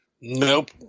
Nope